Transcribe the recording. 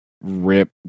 rip